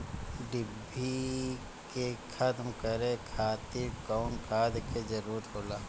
डिभी के खत्म करे खातीर कउन खाद के जरूरत होला?